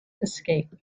escape